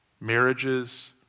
Marriages